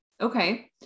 Okay